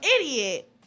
idiot